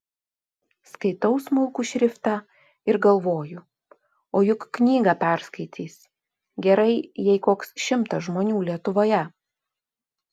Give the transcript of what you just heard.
skaitau smulkų šriftą ir galvoju o juk knygą perskaitys gerai jei koks šimtas žmonių lietuvoje